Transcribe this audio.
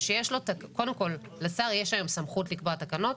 קודם כל לשר יש היום סמכות לקבוע תקנות,